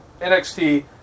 NXT